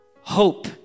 hope